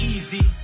Easy